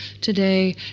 today